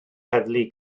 heddlu